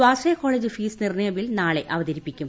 സ്വാശ്രയ college fees നിർണയ bill നാളെ അവതരിപ്പിക്കും